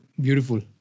Beautiful